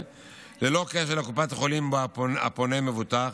ללא קשר לקופת החולים שבה הפונה מבוטח.